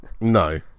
No